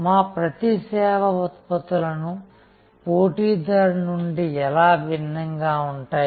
మా ప్రతి సేవా ఉత్పత్తులు పోటీదారుడి నుండి ఎలా భిన్నంగా ఉంటాయి